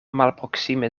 malproksime